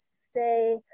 stay